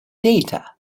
data